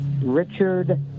Richard